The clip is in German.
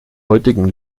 heutigen